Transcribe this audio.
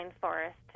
forest